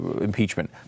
impeachment